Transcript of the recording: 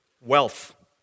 wealth